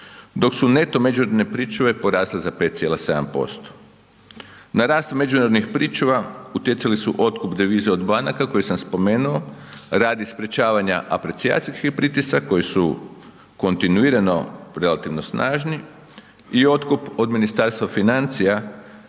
dok su neto međunarodne pričuve porasle za 5,7%. Na rast međunarodnih pričuva utjecali su otkup deviza od banaka koje sam spomenuo, radi sprječavanja aprecijacijski pritisak koji su kontinuirano relativno snažni i otkup od Ministarstva financija